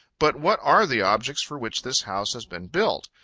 but what are the objects for which this house has been built?